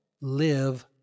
live